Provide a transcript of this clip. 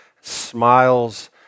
smiles